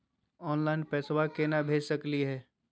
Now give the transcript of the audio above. Online पैसवा केना भेज सकली हे?